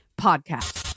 Podcast